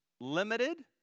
limited